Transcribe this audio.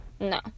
No